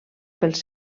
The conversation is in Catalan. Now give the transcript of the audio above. pels